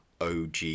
og